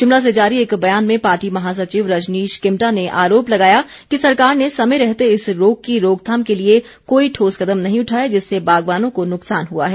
शिमला से जारी एक बयान में पार्टी महासचिव रजनीश किमटा ने आरोप लगाया कि सरकार ने समय रहते इस रोग की रोकथाम के लिए कोई ठोस कदम नहीं उठाए जिससे बागवानों को नुकसान हुआ है